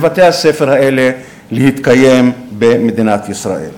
לבתי-הספר האלה להתקיים במדינת ישראל.